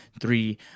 three